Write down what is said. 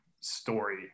story